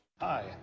Hi